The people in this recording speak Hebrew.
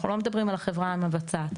אנחנו לא מדברים על החברה המבצעת.